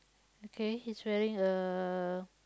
okay he's wearing uh